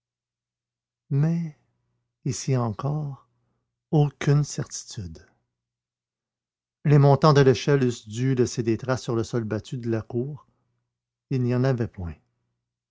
ici encore aucune certitude les montants de l'échelle eussent dû laisser des traces sur le sol battu de la cour il n'y en avait point